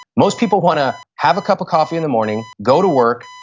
most people want to have a cup of coffee in the morning, go to work,